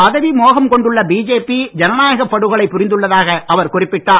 பதவி மோகம் கொண்டுள்ள பிஜேபி ஜனநாயகப் படுகொலை புரிந்துள்ளதாக அவர் குறிப்பிட்டார்